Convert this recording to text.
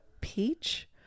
peach